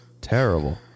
Terrible